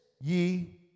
ye